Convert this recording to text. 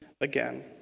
again